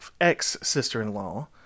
ex-sister-in-law